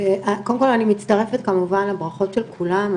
קודם כול אני מצטרפת כמובן לברכות של כולם.